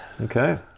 okay